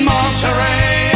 Monterey